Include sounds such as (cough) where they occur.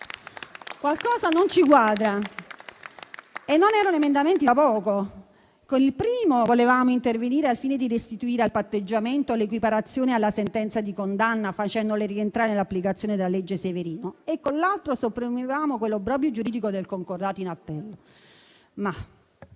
Qualcosa non ci quadra. (applause) E non erano emendamenti da poco. Con il primo volevamo intervenire al fine di restituire al patteggiamento l'equiparazione alla sentenza di condanna, facendola rientrare nell'applicazione della legge Severino, e con l'altro emendamento sopprimevamo quell'obbrobrio giuridico del concordato in appello.